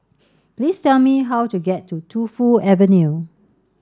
please tell me how to get to Tu Fu Avenue